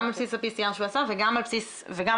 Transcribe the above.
גם על בסיס ה-PCR שהוא עשה וגם על בסיס אנטיגן.